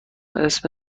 اسم